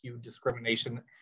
discrimination